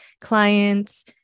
clients